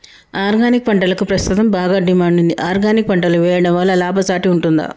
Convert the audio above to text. Organic పంటలకు ప్రస్తుతం బాగా డిమాండ్ ఉంది ఆర్గానిక్ పంటలు వేయడం వల్ల లాభసాటి ఉంటుందా?